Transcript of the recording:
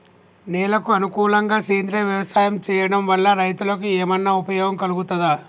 నేలకు అనుకూలంగా సేంద్రీయ వ్యవసాయం చేయడం వల్ల రైతులకు ఏమన్నా ఉపయోగం కలుగుతదా?